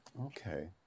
Okay